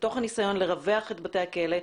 בתוך הניסיון לרווח את בתי הכלא.